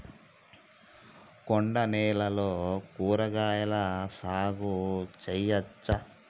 కొండ నేలల్లో కూరగాయల సాగు చేయచ్చా?